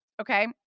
Okay